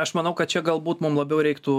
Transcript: aš manau kad čia galbūt mum labiau reiktų